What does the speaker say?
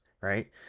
right